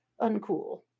uncool